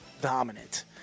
dominant